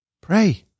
Pray